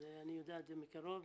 אני יודע את זה מקרוב.